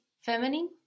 feminine